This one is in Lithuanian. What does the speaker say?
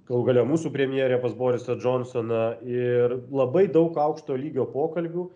galų gale mūsų premjerė pas borisą džonsoną ir labai daug aukšto lygio pokalbių